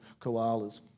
koalas